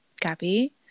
Gabby